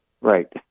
Right